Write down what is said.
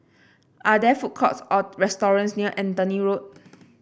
are there food courts or restaurants near Anthony Road